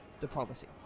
Diplomacy